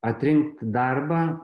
atrink darbą